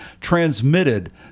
transmitted